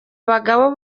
bagabo